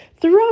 Throughout